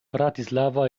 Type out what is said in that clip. bratislava